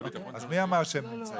אז מי אמר שהם נמצאים?